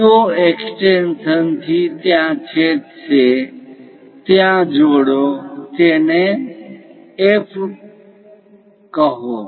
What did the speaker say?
CO extension થી ત્યાં છેદશે ત્યાં જોડો તેને બિંદુ F કહો